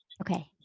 Okay